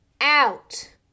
out